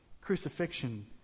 Crucifixion